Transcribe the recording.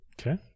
Okay